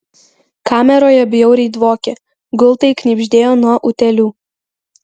kameroje bjauriai dvokė gultai knibždėjo nuo utėlių